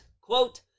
quote